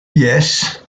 yes